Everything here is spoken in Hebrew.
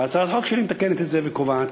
והצעת החוק שלי מתקנת את זה וקובעת